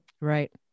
Right